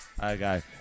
Okay